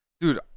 Dude